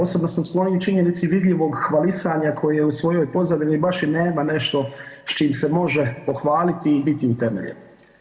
Osobno sam skloniji činjenici vidljivog hvalisanja koje u svojoj pozadini baš i nema nešto s čim se može pohvaliti i biti utemeljen.